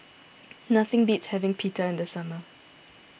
nothing beats having Pita in the summer